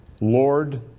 Lord